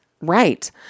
right